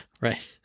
Right